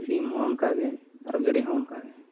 ᱥᱤᱢᱦᱚᱸ ᱚᱱᱠᱟᱜᱮ ᱟᱨ ᱜᱮᱹᱰᱮᱹᱦᱚᱸ ᱚᱱᱠᱟᱜᱮ